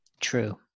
True